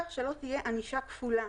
שלא תהיה ענישה כפולה.